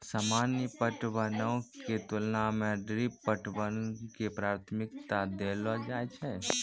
सामान्य पटवनो के तुलना मे ड्रिप पटवन के प्राथमिकता देलो जाय छै